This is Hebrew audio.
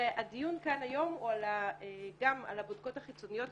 והדיון כאן היום הוא גם על הבודקות החיצוניות,